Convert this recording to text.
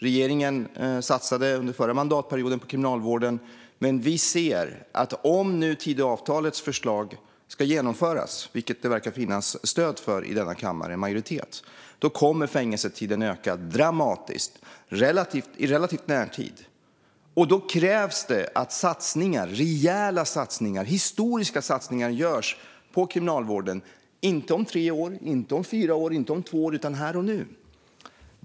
Regeringen satsade på kriminalvården under den förra mandatperioden. Men vi anser att om Tidöavtalets förslag ska genomföras, vilket det verkar finnas stöd för i form av en majoritet i kammaren, kommer fängelsetiden att öka dramatiskt i relativ närtid. Då krävs att historiskt rejäla satsningar görs på kriminalvården - inte om tre år, inte om fyra år eller om två år, utan här och nu.